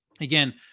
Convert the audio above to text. Again